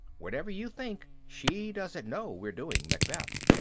whatever you think, she doesn't know we're doing macbeth.